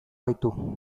gaitu